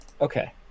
Okay